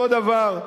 אותו דבר.